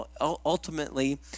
ultimately